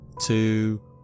two